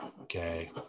Okay